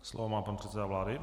Slovo má pan předseda vlády.